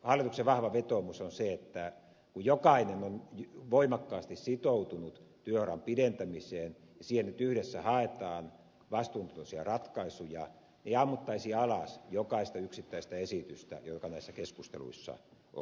hallituksen vahva vetoomus on se että kun jokainen on voimakkaasti sitoutunut työuran pidentämiseen ja siihen nyt yhdessä haetaan vastuuntuntoisia ratkaisuja ei ammuttaisi alas jokaista yksittäistä esitystä joka näissä keskusteluissa on